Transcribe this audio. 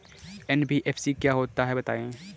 NBFC क्या होता है बताएँ?